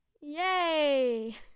Yay